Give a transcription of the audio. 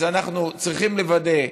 אז אנחנו צריכים לוודא,